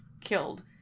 killed